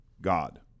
God